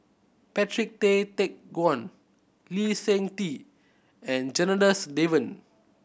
Patrick Tay Teck Guan Lee Seng Tee and Janadas Devan